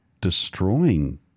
destroying